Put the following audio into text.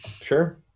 sure